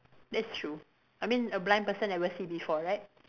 that's true I mean a blind person never see before right